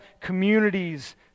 communities